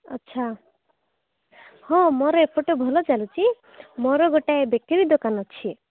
ଆଚ୍ଛା ହଁ ମୋର ଏପଟେ ଭଲ ଚାଲୁଛି ମୋର ଗୋଟଏ ବେକେରୀ ଦୋକାନ ଅଛି